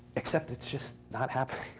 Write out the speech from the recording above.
except it's just not happening.